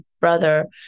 brother